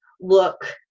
look